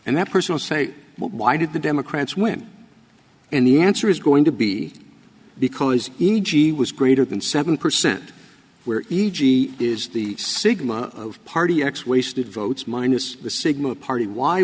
and that person say why did the democrats win and the answer is going to be because e g was greater than seven percent where e g is the sigma of party x wasted votes minus the sigma party why